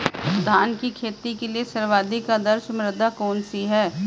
धान की खेती के लिए सर्वाधिक आदर्श मृदा कौन सी है?